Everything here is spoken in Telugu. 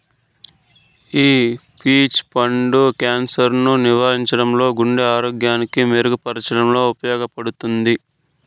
ఈ పీచ్ పండు క్యాన్సర్ ను నివారించడంలో, గుండె ఆరోగ్యాన్ని మెరుగు పరచడంలో ఉపయోగపడుతుంది